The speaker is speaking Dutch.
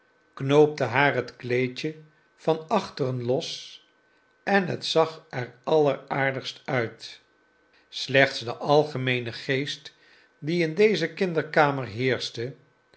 knoopte haar het kleedje van achteren los en het zag er alleraardigst uit slechts de algemeene geest die in deze kinderkamer